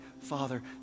Father